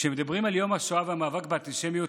כשמדברים על יום השואה והמאבק באנטישמיות,